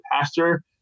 pastor